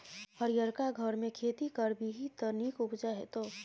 हरियरका घरमे खेती करभी त नीक उपजा हेतौ